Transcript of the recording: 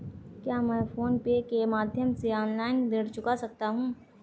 क्या मैं PhonePe के माध्यम से ऑनलाइन ऋण चुका सकता हूँ?